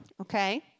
Okay